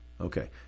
Okay